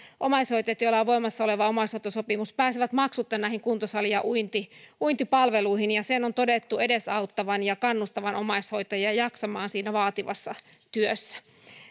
omaishoitajat joilla on voimassa oleva omaishoitosopimus pääsevät maksutta kuntosali ja uintipalveluihin ja sen on todettu edesauttavan ja kannustavan omaishoitajia jaksamaan siinä vaativassa työssä